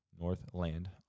Northland